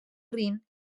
rin